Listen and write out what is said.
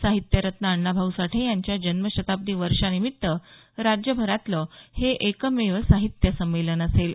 साहित्यरत्न अण्णाभाऊ साठे यांच्या जन्मशताब्दी वर्षानिमित्त राज्यभरातलं हे एकमेव साहित्य संमेलन असेल